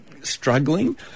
struggling